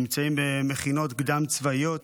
נמצאים במכינות קדם-צבאיות.